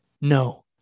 no